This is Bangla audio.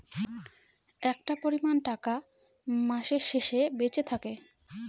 একটা পরিমান টাকা মাসের শেষে বেঁচে থাকে